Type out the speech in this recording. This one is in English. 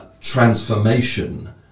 transformation